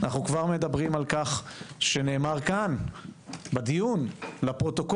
אנו כבר מדברים על כך שנאמר כאן בדיון לפרוטוקול,